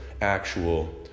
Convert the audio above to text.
actual